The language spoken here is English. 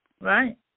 Right